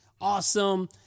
awesome